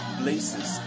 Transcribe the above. places